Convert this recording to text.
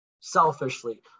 selfishly